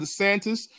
DeSantis